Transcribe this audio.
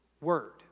Word